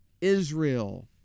Israel